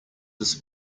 this